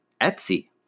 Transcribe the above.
Etsy